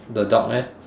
the dog leh